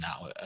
now